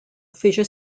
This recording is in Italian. fece